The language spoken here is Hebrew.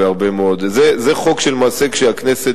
זה חוק שכשהכנסת,